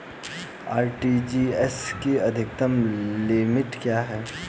RTGS की अधिकतम limit क्या है?